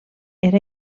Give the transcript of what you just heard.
era